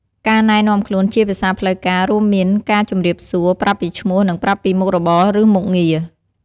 ការណែនាំខ្លួនជាភាសាផ្លូវការរួមមានការ ជំរាបសួរ ប្រាប់ពីឈ្មោះ និងប្រាប់ពីមុខរបរ ឬមុខងារ។